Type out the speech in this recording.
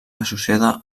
associada